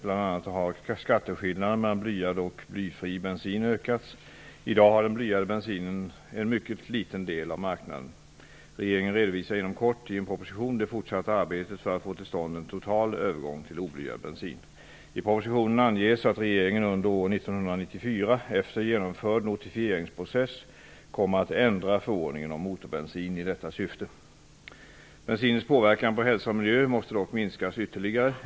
Bl.a. har skatteskillnaden mellan blyad och blyfri bensin ökats. I dag har den blyade bensinen en mycket liten del av marknaden. Regeringen redovisar inom kort i en proposition det fortsatta arbetet för att få till stånd en total övergång till oblyad bensin. I propositionen anges att regeringen under år 1994 efter genomförd notifieringsprocess kommer att ändra förordningen om motorbensin i detta syfte. Bensinens påverkan på hälsa och miljö måste dock minskas ytterligare.